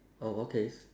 oh okay